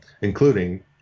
including